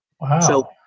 Wow